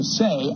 say